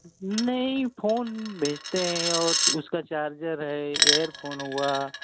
नहीं फोन भेजते हैं और उसका चार्जर है एयरफोन हुआ